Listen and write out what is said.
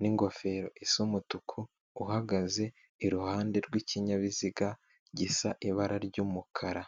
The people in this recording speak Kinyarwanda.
n'ingofero isa umutuku, uhagaze iruhande rw'ikinyabiziga gisa ibara ry'umukara.